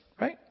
Right